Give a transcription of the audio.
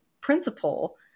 principle